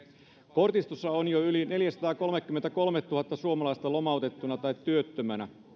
kortistossa on jo yli neljäsataakolmekymmentäkolmetuhatta suomalaista lomautettuna tai työttömänä